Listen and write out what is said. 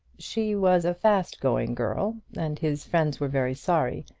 she was a fast-going girl, and his friends were very sorry.